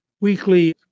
weekly